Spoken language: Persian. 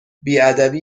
بیادبی